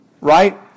right